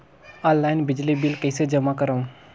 Online बिजली bill कइसे जमा करव?